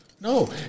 No